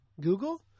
Google